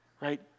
right